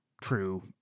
true